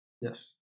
Yes